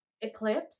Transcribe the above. eclipse